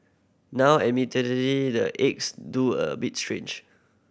now admittedly the eggs do a bit strange